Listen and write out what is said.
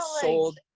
sold